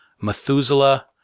Methuselah